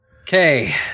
Okay